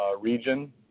region